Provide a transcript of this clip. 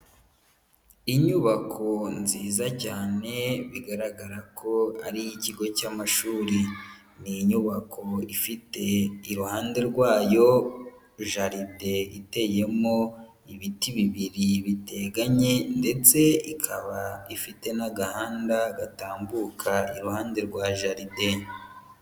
Inyubako nziza cyane bigaragara ko ari iy'ikigo cy'amashuri, ni inyubako ifite iruhande rwayo jaride iteyemo ibiti bibiri biteganye ndetse ikaba ifite n'agahanda gatambuka iruhande rwa jaride.